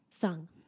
sung